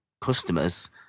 customers